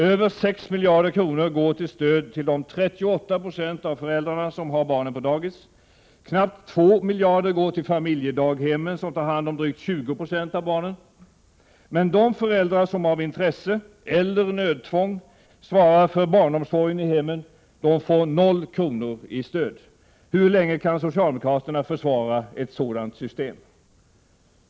Över 6 miljarder kronor går till stöd till de 38 96 av föräldrarna som har barnen på daghem. Knappt 2 miljarder kronor går till familjedaghemmen, som tar hand om drygt 20 96 av barnen. Men de föräldrar som av intresse, eller nödtvång, svarar för barnomsorgen i hemmen får 0 kr. i stöd. Hur länge kan socialdemokraterna försvara ett sådant system?